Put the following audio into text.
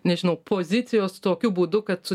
nežinau pozicijos tokiu būdu kad su